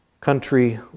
country